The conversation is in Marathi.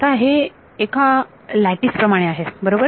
आता हे एका लॅटीस प्रमाणेआहे बरोबर